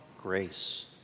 grace